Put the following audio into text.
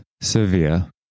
Sevilla